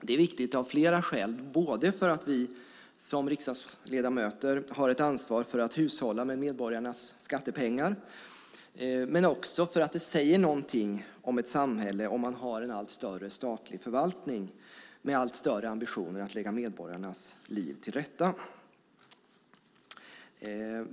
Det är viktigt av flera skäl, till exempel därför att vi riksdagsledamöter har ett ansvar för att hushålla med medborgarnas skattepengar och därför att det säger någonting om ett samhälle med en allt större statlig förvaltning med allt större ambitioner att lägga medborgarnas liv till rätta.